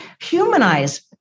Humanize